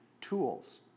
tools